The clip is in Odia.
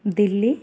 ଦିଲ୍ଲୀ